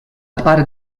part